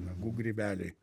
nagų grybeliai